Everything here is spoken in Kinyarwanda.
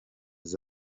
kuko